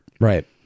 Right